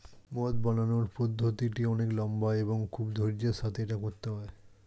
মদ বানানোর পদ্ধতিটি অনেক লম্বা এবং খুব ধৈর্য্যের সাথে এটা করতে হয়